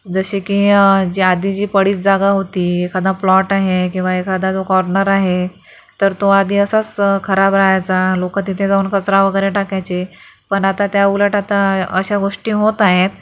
जसे की जी आधी जी पडीक जागा होती एखादा प्लॉट आहे किंवा एखादा जो कॉर्नर आहे तर तो आधी असाच खराब राहायचा लोक तिथे जाऊन कचरा वगैरे टाकायचे पण आता त्या उलट आता अशा गोष्टी होत आहेत